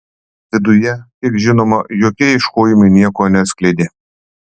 viduje kiek žinoma jokie ieškojimai nieko neatskleidė